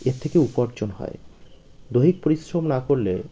এর থেকে উপার্জন হয় দৈহিক পরিশ্রম না করলে